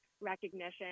recognition